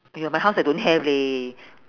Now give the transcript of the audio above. !aiyo! my house I don't have leh